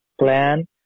Plan